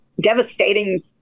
devastating